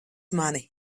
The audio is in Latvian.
mani